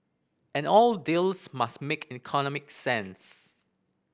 and all deals must make economic sense